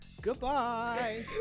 Goodbye